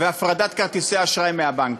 והפרדת כרטיסי האשראי מהבנקים.